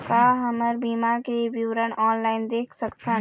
का हमर बीमा के विवरण ऑनलाइन देख सकथन?